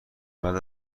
بعد